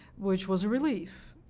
which was a relief.